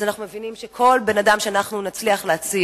אז אנחנו מבינים שכל בן-אדם שנצליח להציל,